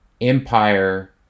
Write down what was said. Empire